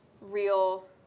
real